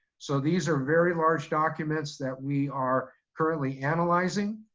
so these are very large documents that we are currently analyzing.